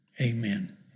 Amen